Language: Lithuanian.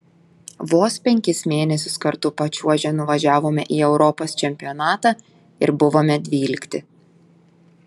vos penkis mėnesius kartu pačiuožę nuvažiavome į europos čempionatą ir buvome dvylikti